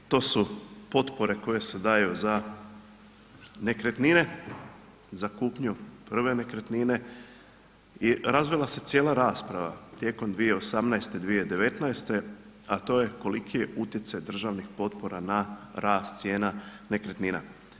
To su potpore koje se daju za nekretnine, za kupnju prve nekretnine i razvila se cijela rasprava tijekom 2018./2019., a to je koliki je utjecaj državnih potpora na rast cijena nekretnina.